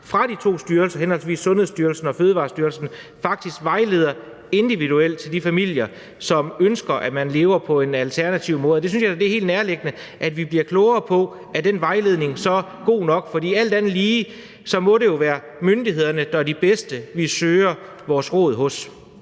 fra de to styrelser, henholdsvis Sundhedsstyrelsen og Fødevarestyrelsen, vejlede de familier individuelt, som ønsker at leve på en alternativ måde. Og det synes jeg da er helt nærliggende at vi bliver klogere på. Er den vejledning så god nok? For alt andet lige må det jo være myndighederne, der er de bedste at søge vores råd hos.